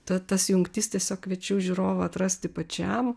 ta tas jungtis tiesiog kviečiu žiūrovą atrasti pačiam